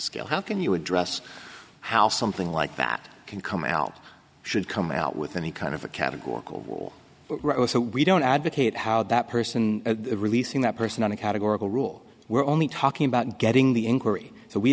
scale how can you address how something like that can come out should come out with any kind of a categorical we don't advocate how that person releasing that person on a categorical rule we're only talking about getting the inquiry so we